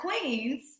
queens